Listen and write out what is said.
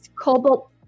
cobalt